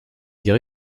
garé